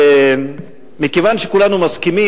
מכיוון שכולנו מסכימים,